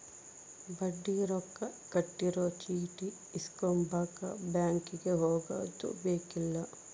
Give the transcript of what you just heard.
ಬಡ್ಡಿ ರೊಕ್ಕ ಕಟ್ಟಿರೊ ಚೀಟಿ ಇಸ್ಕೊಂಬಕ ಬ್ಯಾಂಕಿಗೆ ಹೊಗದುಬೆಕ್ಕಿಲ್ಲ